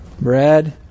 Bread